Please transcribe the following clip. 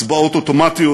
הצבעות אוטומטיות,